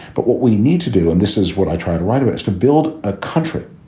but what we need to do, and this is what i try to write about, is to build a country